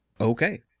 Okay